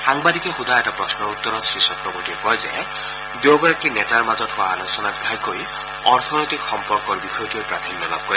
সাংবাদিকে সোধা এটা প্ৰশ্নৰ উত্তৰত শ্ৰীচক্ৰৱৰ্তীয়ে কয় দুয়োগৰাকী নেতাৰ মাজত হোৱা আলোচনাত ঘাইকৈ অৰ্থনৈতিক সম্পৰ্কৰ বিষয়টোৱে প্ৰাধান্য লাভ কৰে